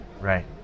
Right